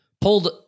pulled